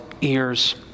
ears